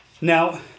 now